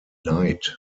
night